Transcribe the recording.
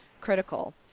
critical